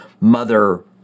Mother